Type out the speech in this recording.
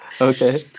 Okay